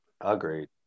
agreed